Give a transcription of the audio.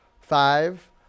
Five